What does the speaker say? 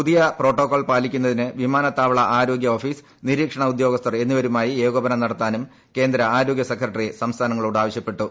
പുതിയ പ്രോട്ടോക്കോൾ പാലിക്കുന്നതിന് വിമാനത്താവള ആരോഗ്യ ഓഫീസ് നിരീക്ഷണ ഉദ്യോഗസ്ഥർ എന്നിവരുമായി ഏകോപനം നടത്താനും കേന്ദ്ര ആരോഗ്യ സെക്രട്ടറി സംസ്ഥാനങ്ങളോട് ആവശ്യപ്പെട്ടു